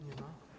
Nie ma.